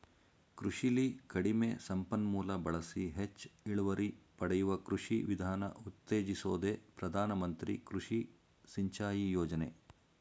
ಕೃಷಿಲಿ ಕಡಿಮೆ ಸಂಪನ್ಮೂಲ ಬಳಸಿ ಹೆಚ್ ಇಳುವರಿ ಪಡೆಯುವ ಕೃಷಿ ವಿಧಾನ ಉತ್ತೇಜಿಸೋದೆ ಪ್ರಧಾನ ಮಂತ್ರಿ ಕೃಷಿ ಸಿಂಚಾಯಿ ಯೋಜನೆ